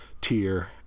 tier